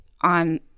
on